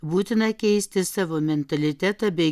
būtina keisti savo mentalitetą bei